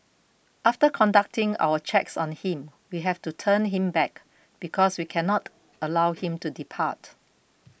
after conducting our checks on him we have to turn him back because we can not allow him to depart